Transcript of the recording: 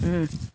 ହୁଁ